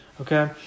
Okay